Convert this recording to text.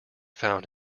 found